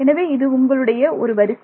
எனவே இது உங்களுடைய ஒரு வரிசை